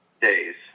days